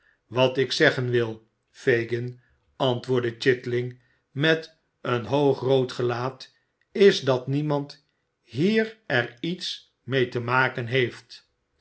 wat ik zeggen wil fagin antwoordde chitling met een hoogrood gelaat is dat niemand hier er iets mee te maken heeft